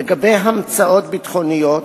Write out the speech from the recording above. לגבי אמצאות ביטחוניות,